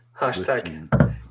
Hashtag